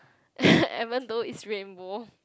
even though it's rainbow